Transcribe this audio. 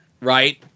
Right